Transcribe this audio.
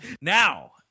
Now